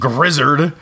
Grizzard